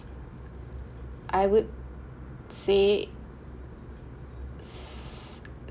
I would say